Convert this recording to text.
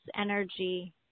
energy